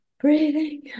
breathing